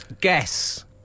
Guess